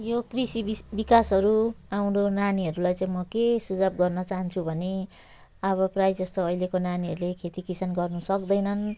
यो कृषि विस विकासहरू आउँदो नानीहरूलाई चाहिँ म के सुझाउ गर्नु चाहन्छु भने अब प्रायःजस्तो अहिलेको नानीहरूले खेतीकिसान गर्नु सक्दैनन्